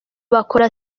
bakora